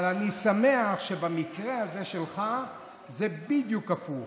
אבל אני שמח שבמקרה הזה שלך זה בדיוק הפוך.